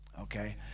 okay